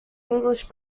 english